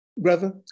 brother